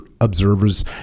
observers